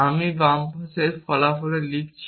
আমি বাম পাশের ফলাফলে লিখছি